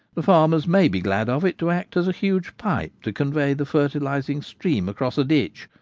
the farmers may be glad of it to act as a huge pipe to convey the fertilising stream across a ditch,